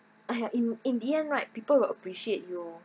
!aiya! in in the end right people will appreciate you